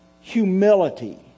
humility